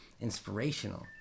inspirational